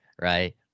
right